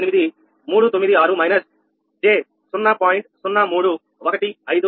98396 j 0